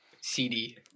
CD